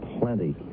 Plenty